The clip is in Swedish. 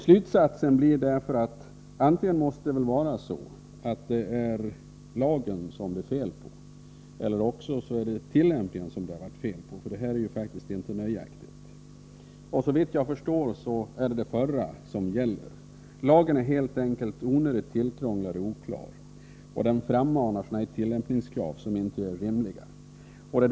Slutsatsen blir därför att det antingen är fel på lagen, eller också är det fel på tillämpningen — det här är faktiskt inte nöjaktigt. Såvitt jag förstår är det det förra som gäller. Lagen är helt enkelt onödigt tillkrånglad och oklar, och den frammanar tillämpningskrav som inte är rimliga.